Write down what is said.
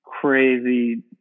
crazy